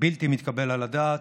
בלתי מתקבל על הדעת.